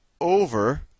over